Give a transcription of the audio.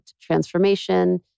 transformation